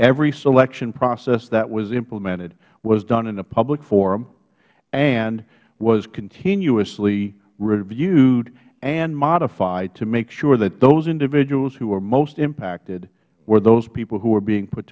every selection process that was implemented was done in a public forum and was continuously reviewed and modified to make sure that those individuals who were most impacted were those people who were being put